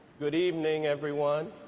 good evening, everyone.